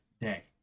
day